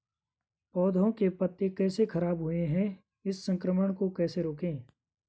पौधों के पत्ते कैसे खराब हुए हैं इस संक्रमण को कैसे रोकें?